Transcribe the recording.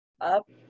up